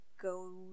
go